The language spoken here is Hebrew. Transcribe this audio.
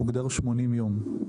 הוגדר 80 יום.